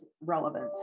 relevant